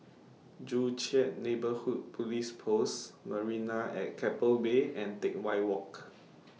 Joo Chiat Neighbourhood Police Post Marina At Keppel Bay and Teck Whye Walk